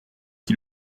qui